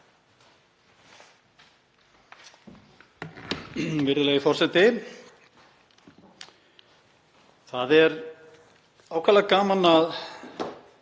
Virðulegi forseti. Það er ákaflega gaman að